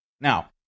now